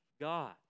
God